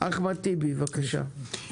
אחמד טיבי, בבקשה.